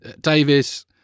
Davis